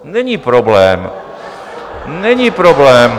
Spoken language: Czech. Není problém, není problém...